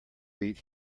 beat